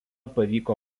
pavyko